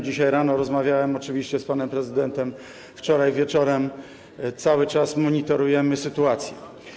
Dzisiaj rano rozmawiałem oczywiście z panem prezydentem, wczoraj wieczorem, cały czas monitorujemy sytuację.